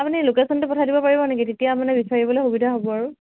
আপুনি লোকেশ্বনটো পঠাই দিব পাৰিব নেকি তেতিয়া মানে বিচাৰিবলৈ সুবিধা হ'ব আৰু